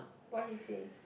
what he say